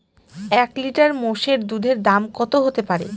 এক লিটার মোষের দুধের দাম কত হতেপারে?